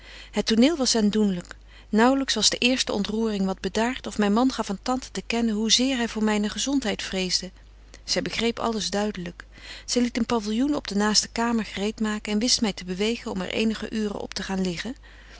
het toneel was aandoenlyk naauwlyks was de eerste ontroering wat bedaart of myn man gaf aan tante te kennen hoe zeer hy voor myne gezontheid vreesde zy begreep alles duidlyk zy liet een pavillioen op de naaste kamer gereet maken en wist my te bewegen om er eenige uuren op te gaan liggen